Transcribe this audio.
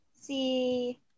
See